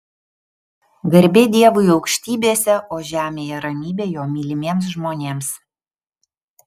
garbė dievui aukštybėse o žemėje ramybė jo mylimiems žmonėms